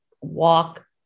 walk